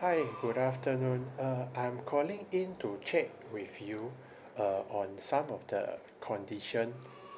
hi good afternoon uh I'm calling in to check with you uh on some of the condition